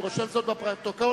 אני רושם זאת בפרוטוקול,